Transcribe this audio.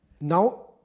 Now